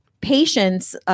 patients